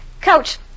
Coach